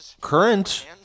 current